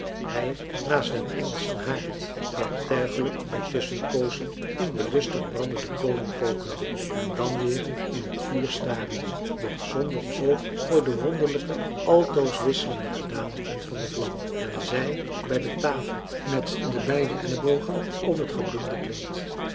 hij naast den engelschen haard werktuigelijk bij tusschenpoozen in de lustig brandende kolen pokende en dan weer in het vuur starende doch zonder oog voor de wonderlijke altoos wisselende gedaanten van de vlam en zij bij de tafel met de beide ellebogen op het gebloemde kleed